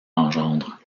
engendre